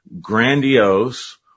grandiose